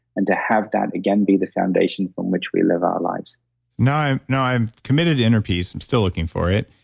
and to have that again be the foundation from which we live our lives now i am committed to inner peace. i'm still looking for it.